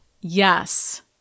Yes